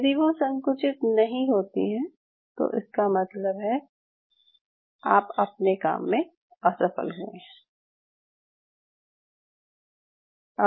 यदि वो संकुचित नहीं होती हैं तो इसका मतलब है कि आप अपने काम में असफल हुए हैं